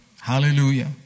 Hallelujah